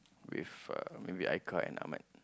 with uh maybe Haikal and Ahmad